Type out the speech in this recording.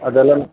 ಅದೆಲ್ಲ